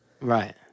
Right